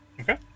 Okay